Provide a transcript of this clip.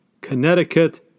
Connecticut